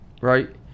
right